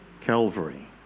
Calvary